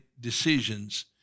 decisions